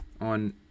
On